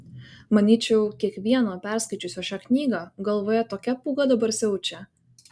manyčiau kiekvieno perskaičiusio šią knygą galvoje tokia pūga dabar siaučia